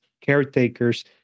caretakers